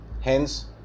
hence